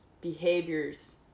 behaviors